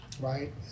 right